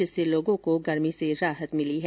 इससे लोगों को गर्मी से राहत मिली है